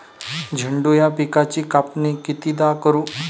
झेंडू या पिकाची कापनी कितीदा करू?